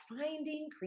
finding